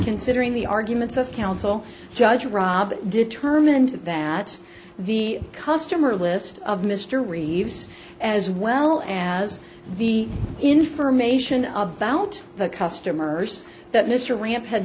considering the arguments of counsel judge robb determined that the the customer list of mr reeves as well as the information about the customers that mr